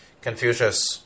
Confucius